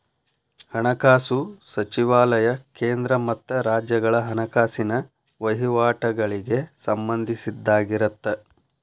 ಹಣಕಾಸು ಸಚಿವಾಲಯ ಕೇಂದ್ರ ಮತ್ತ ರಾಜ್ಯಗಳ ಹಣಕಾಸಿನ ವಹಿವಾಟಗಳಿಗೆ ಸಂಬಂಧಿಸಿದ್ದಾಗಿರತ್ತ